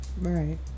right